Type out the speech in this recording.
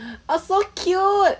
ah so cute